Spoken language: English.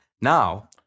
now